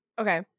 Okay